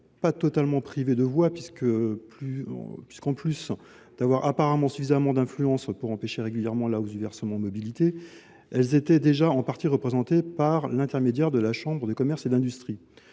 pas totalement privées de voix, puisqu’en plus d’avoir apparemment suffisamment d’influence pour empêcher régulièrement la hausse du versement mobilité elles sont en partie représentées par l’intermédiaire de la chambre de commerce et d’industrie